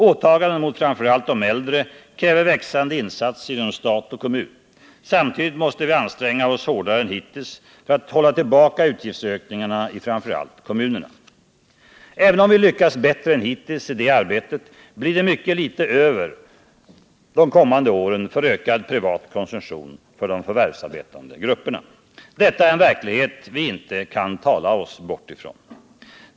Åtaganden mot framför allt de äldre kräver växande insatser genom stat och kommun. Samtidigt måste vi anstränga oss hårdare än hittills för att hålla tillbaka utgiftsökningarna i framför allt kommunerna. Även om vi lyckas bättre än hittills i det arbetet blir det mycket litet över de kommande åren för ökad privat konsumtion för de förvärvsarbetande grupperna. Detta är en verklighet vi inte kan tala oss bort ifrån.